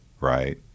right